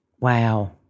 Wow